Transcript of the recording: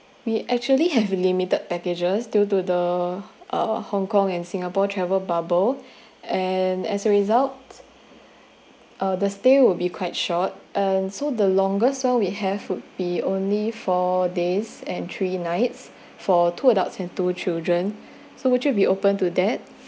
we actually have limited packages due to the uh hong kong and singapore travel bubble and as a result uh the stay will be quite short and so the longest one we have would be only four days and three nights for two adults and two children so would you be open to that